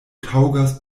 taŭgas